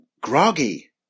groggy